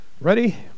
Ready